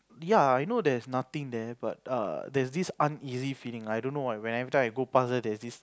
ya I know there's nothing there but err there's this uneasy feeling I don't know why when every time I go past there there's this